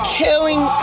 killing